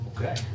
Okay